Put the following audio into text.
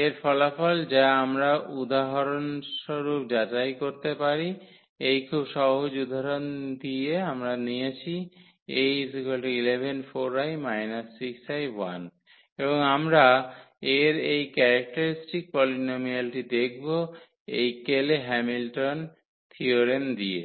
এর ফলাফল যা আমরা উদাহরণস্বরূপ যাচাই করতে পারি এই খুব সহজ উদাহরণ দিয়ে আমরা নিয়েছি এবং আমরা এর এই ক্যারেক্টারিস্টিক পলিনোমিয়ালটি দেখব এই কেলে হ্যামিল্টন থিওরেম দিয়ে